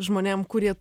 žmonėm kurie